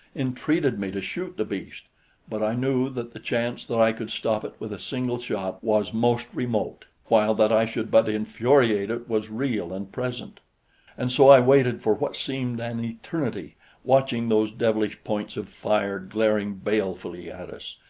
entreated me to shoot the beast but i knew that the chance that i could stop it with a single shot was most remote, while that i should but infuriate it was real and present and so i waited for what seemed an eternity watching those devilish points of fire glaring balefully at us,